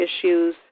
issues